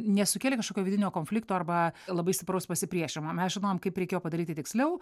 nesukėlė kažkokio vidinio konflikto arba labai stipraus pasipriešinimo mes žinojom kaip reikėjo padaryti tiksliau